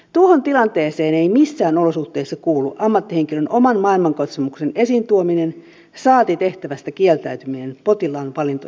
tuohon tilanteeseen ei missään olosuhteissa kuulu ammattihenkilön oman maailmankatsomuksen esiin tuominen saati tehtävästä kieltäytyminen potilaan valintojen vuoksi